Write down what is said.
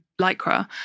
Lycra